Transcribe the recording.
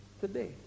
Today